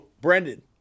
Brendan